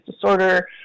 disorder